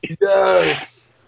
Yes